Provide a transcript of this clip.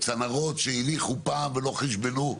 צנרות שהניחו פעם ולא חישבנו,